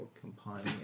compiling